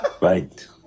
Right